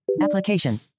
Application